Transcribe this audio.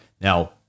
Now